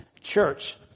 church